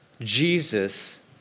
Jesus